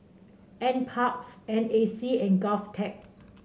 NParks N A C and Govtech